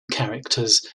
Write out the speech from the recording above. characters